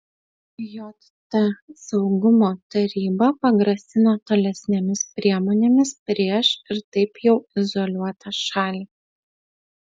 jt saugumo taryba pagrasino tolesnėmis priemonėmis prieš ir taip jau izoliuotą šalį